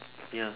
ya